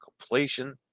completion